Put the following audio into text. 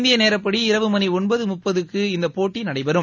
இந்திய நேரப்படி இரவு மணி ஒன்பது முப்பதுக்கு இந்த போட்டி நடைபெறும்